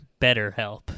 BetterHelp